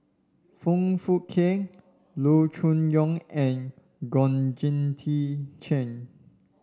Foong Fook Kay Loo Choon Yong and Georgette Chen